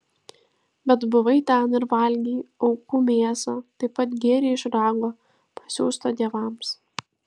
bet buvai ten ir valgei aukų mėsą taip pat gėrei iš rago pasiųsto dievams